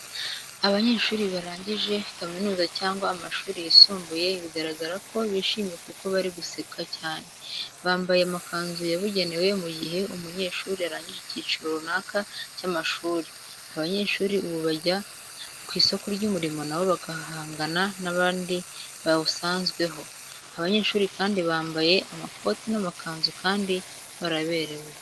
Abanyeshuri barangije kaminuza cyangwa amashuri y'isumbuye bigaragara ko bishimye kuko bari guseka cyane, bambaye amakanzu yabugenewe mu gihe umunyeshuri arangije icyiciro runaka cy'amashuri. Abanyeshuri ubu bajya ku isoko ry'umurimo na bo bagahangana n'abandi bawusanzweho. Abanyeshuri kandi bambaye amakoti n'amakanzu kandi baraberewe.